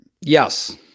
Yes